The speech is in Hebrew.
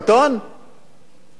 ואני לא יודע מה יש בפנים.